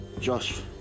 Josh